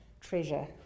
treasure